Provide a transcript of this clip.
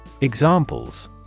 Examples